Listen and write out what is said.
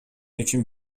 үчүн